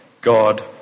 God